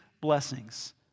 blessings